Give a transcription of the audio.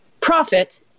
profit